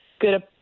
good